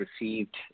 received